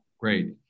Great